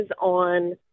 on